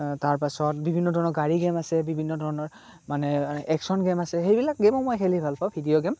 তাৰপাছত বিভিন্ন ধৰণৰ গাড়ী গেম আছে বিভিন্ন ধৰণৰ মানে একশ্যন গেম আছে সেইবিলাক গেমো মই খেলি ভাল পাওঁ ভিডিঅ' গেম